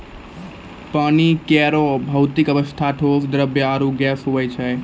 पानी केरो भौतिक अवस्था ठोस, द्रव्य आरु गैस होय छै